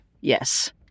Yes